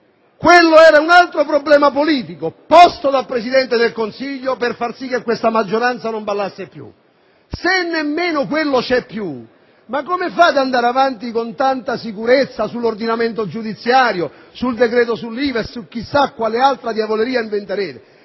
di un altro problema politico posto dal Presidente del Consiglio per far sì che l'attuale maggioranza non ballasse più. Se nemmeno quello c'è più, come fate ad andare avanti con tanta sicurezza sull'ordinamento giudiziario, sul decreto sull'IVA e su chissà quale altra diavoleria inventerete?